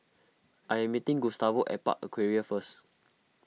I am meeting Gustavo at Park Aquaria first